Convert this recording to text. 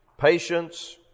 patience